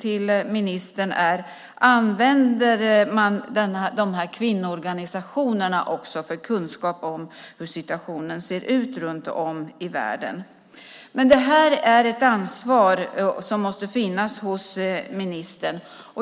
till ministern är: Använder man de här kvinnoorganisationerna för att få kunskap om hur situationen ser ut runt om i världen? Det här är ett ansvar som måste finnas hos ministern.